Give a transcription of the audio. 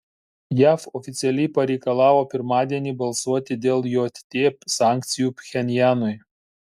jav oficialiai pareikalavo pirmadienį balsuoti dėl jt sankcijų pchenjanui